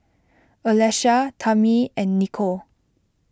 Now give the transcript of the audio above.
Alesha Tamie and Nichol